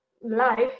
life